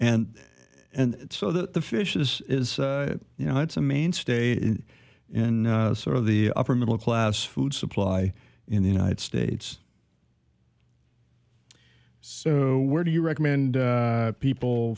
and and so the fish is is you know it's a mainstay in sort of the upper middle class food supply in the united states so where do you recommend people